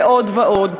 ועוד ועוד.